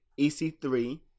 EC3